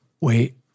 Wait